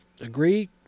agree